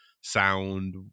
sound